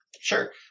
Sure